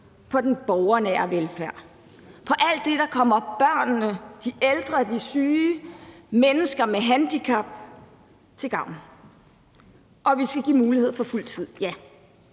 på den borgernære velfærd, på alt det, der kommer børnene, de ældre, de syge og mennesker med handicap til gavn. Og ja, vi skal give mulighed for fuld tid.